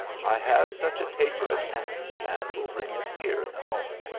i have such a taper at hand and will bring it here in a moment.